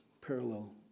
parallel